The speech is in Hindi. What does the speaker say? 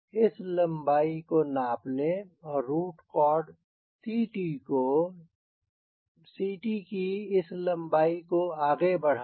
इस लम्बाई को नाप लें और रूट कॉर्ड CT की इस लम्बाई को आगे बढ़ा दें